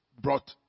brought